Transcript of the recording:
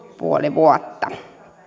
puoli vuotta